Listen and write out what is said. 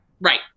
Right